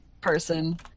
person